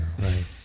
right